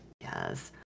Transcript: Yes